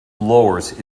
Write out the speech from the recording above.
lowers